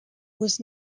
was